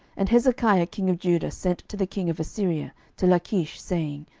and hezekiah king of judah sent to the king of assyria to lachish, saying,